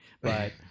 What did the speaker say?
but-